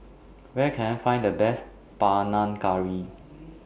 Where Can I Find The Best Panang Curry